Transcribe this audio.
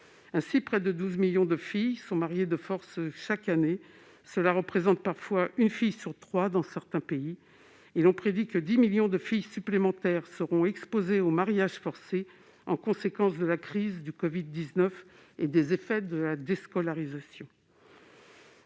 Ainsi, près de 12 millions de filles sont mariées de force chaque année, et même une fille sur trois dans certains pays. On prédit que 10 millions de filles supplémentaires seront exposées au mariage forcé en conséquence de la crise du covid-19 et du fait de la déscolarisation.